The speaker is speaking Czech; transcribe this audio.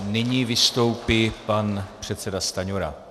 Nyní vystoupí pan předseda Stanjura.